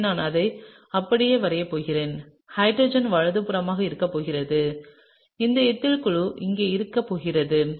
எனவே நான் இதை இப்படியே வரையப் போகிறேன் ஹைட்ரஜன் வலதுபுறமாக இருக்கப் போகிறது இந்த எத்தில் குழு இங்கே இருக்கப் போகிறது